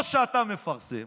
או שאתה מפרסם